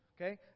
Okay